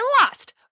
lost